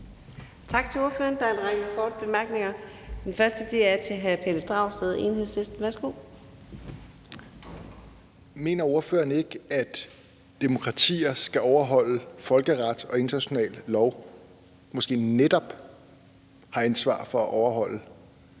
Tak til ordføreren. Der er en række korte bemærkninger. Den første er til hr. Pelle Dragsted, Enhedslisten. Værsgo. Kl. 18:56 Pelle Dragsted (EL): Mener ordføreren ikke, at demokratier skal overholde folkeret og international lov, og at de måske netop har et ansvar for at overholde